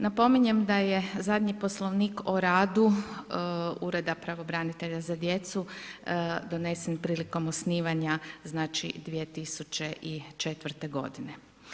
Napominjem da je zadnji Poslovnik o radu Ureda pravobranitelja za djecu donesen prilikom osnivanja znači, 2004. godine.